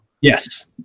Yes